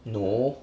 no